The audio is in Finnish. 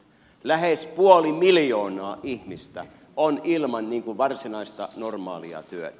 lähes puoli miljoonaa ihmistä on ilman varsinaista normaalia työtä